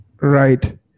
Right